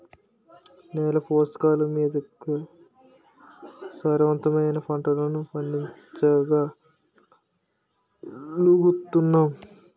నేల పోషకాలమీదనే సారవంతమైన పంటలను పండించగలుగుతున్నాం